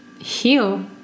heal